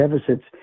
deficits